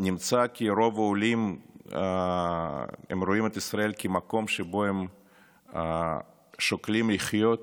נמצא כי רוב העולים רואים את ישראל כמקום שבו הם שוקלים לחיות